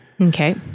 okay